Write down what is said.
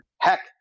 Heck